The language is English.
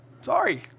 Sorry